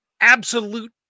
absolute